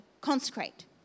consecrate